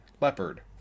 leopard